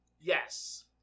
Yes